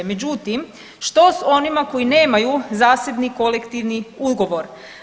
Međutim, što s onima koji nemaju zasebni kolektivni ugovor?